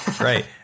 right